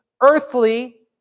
earthly